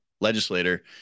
legislator